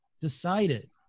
decided